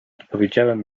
odpowiedziałem